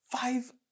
Five